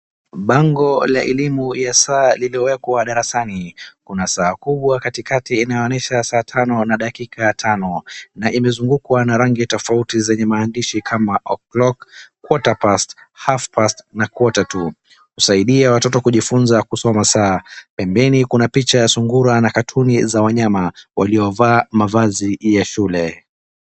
Bango la elimu ya saa limewekwa darasani, kuna saa kubwa katikati inaonyesha saa tano na dakika tano, na imezungukwa na rangi tofauti zenye maandishi kama o'clock, quarter past, half past, na quarter to . Husaidia watoto kujifunza kusoma saa. Pembeni kuna picha ya sungura na katuni za wanyama waliovaa mavazi ya shule.